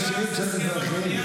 אלה שירים של מזרחים.